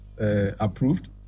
approved